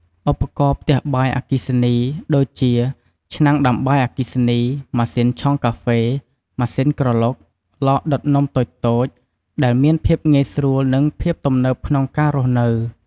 ឧបករណ៍ផ្ទះបាយអគ្គិសនី ដូចជា ឆ្នាំងដាំបាយអគ្គិសនី ម៉ាស៊ីនឆុងកាហ្វេ ម៉ាស៊ីនក្រឡុក ឡដុតនំតូចៗ ដែលមានភាពងាយស្រួល និង ភាពទំនើបក្នុងការរស់នៅ។